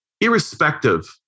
irrespective